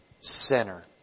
Sinner